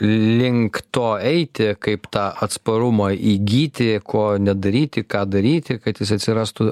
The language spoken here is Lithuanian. link to eiti kaip tą atsparumą įgyti ko nedaryti ką daryti kad jis atsirastų